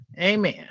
Amen